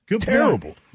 Terrible